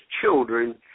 children